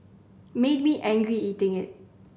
made me angry eating it